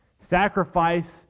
Sacrifice